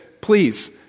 please